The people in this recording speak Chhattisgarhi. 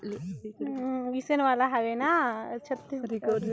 छुट के गोयठ रहें या अउ कोनो परकार आफर हो गुगल पे म बरोबर आते रथे